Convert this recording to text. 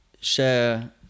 share